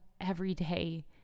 everyday